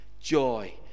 joy